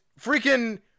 freaking